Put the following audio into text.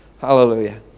Hallelujah